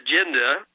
agenda